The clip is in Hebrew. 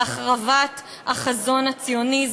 להחרבת החזון הציוני.